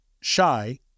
shy